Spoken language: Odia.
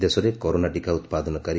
ଦେଶରେ କରୋନା ଟୀକା ଉତ୍ପାଦନକାରୀ